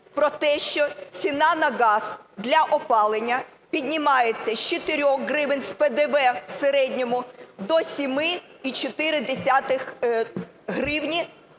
про те, що ціна на газ для опалення піднімається з 4 гривень з ПДВ у середньому до 7,4 гривні